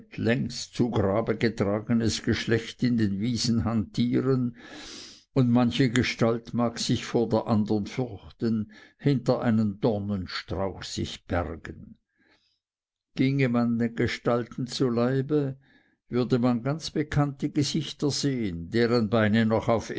längst zu grabe gegangenes geschlecht in den wiesen hantieren und manche gestalt mag sich vor der andern fürchten hinter einen dornstrauch sich bergen ginge man den gestalten zu leibe würde man ganz bekannte gesichter sehen deren beine noch auf